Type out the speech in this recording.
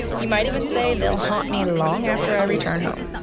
you might even say they'll haunt me long after i return home.